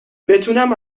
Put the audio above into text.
بتونم